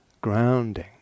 grounding